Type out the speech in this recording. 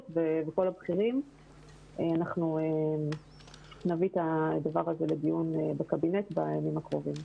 וכל הבכירים נביא את הדבר הזה לדיון בקבינט בימים הקרובים.